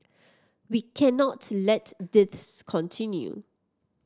we cannot let this continue